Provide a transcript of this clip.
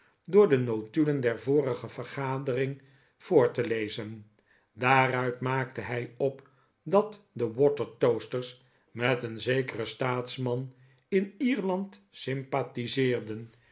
door de hotulen der vorige vergadering voor te lezen daaruit maakte hij op dat de watertoasters met een zekeren staatsman in ierland